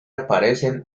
aparecen